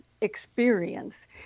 experience